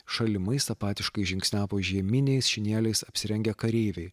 šalimais apatiškai žingsniavo žieminiais šinieliais apsirengę kareiviai